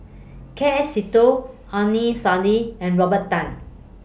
K F Seetoh Saidi and Robert Tan